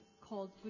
called